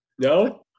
No